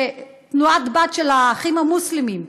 תנועה בת של האחים המוסלמים,